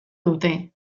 dute